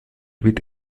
with